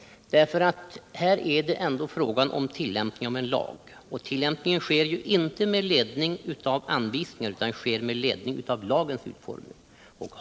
Här gäller det ändå tillämpningen av en lag, och tillämpningen sker inte med ledning av anvisningar utan med ledning av lagens utformning.